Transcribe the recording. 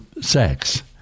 sex